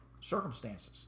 circumstances